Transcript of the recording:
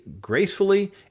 Gracefully